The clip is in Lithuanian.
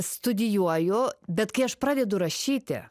studijuoju bet kai aš pradedu rašyti